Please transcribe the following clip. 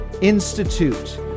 institute